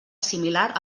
similar